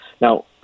Now